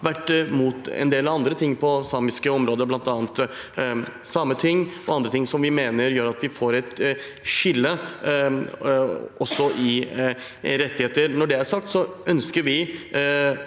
vært mot en del annet på det samiske området, bl.a. Sametinget og annet som vi mener gjør at vi får et skille i rettigheter. Når det er sagt, mener vi